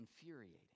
infuriating